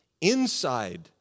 inside